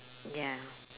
ya